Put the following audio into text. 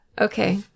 Okay